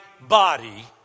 body